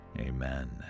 Amen